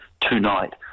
tonight